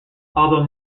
although